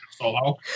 Solo